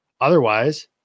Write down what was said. otherwise